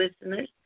listeners